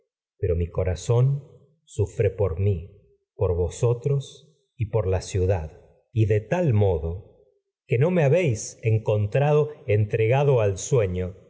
pero mi corazón sufre tal por mí por vosotros y por la ciudad y de me modo que no habéis encontrado he derramado entregado al sueño